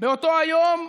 באותו היום,